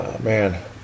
Man